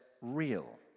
real